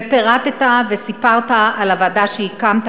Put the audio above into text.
ופירטת וסיפרת על הוועדה שהקמת.